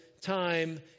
time